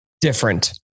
different